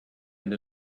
and